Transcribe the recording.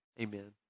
Amen